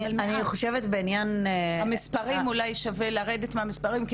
אני חושבת שאולי כדאי לרדת מהמספרים.